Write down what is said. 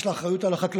יש לה אחריות על החקלאות,